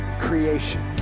creation